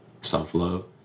Self-Love